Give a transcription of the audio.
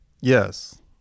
Yes